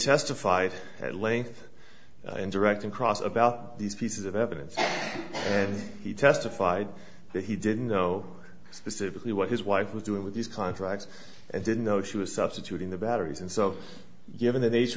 testified at length and direct and cross about these pieces of evidence and he testified that he didn't know specifically what his wife was doing with these contracts and didn't know she was substituting the batteries and so given the nature